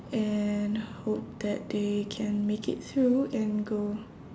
and hope that they can make it through and go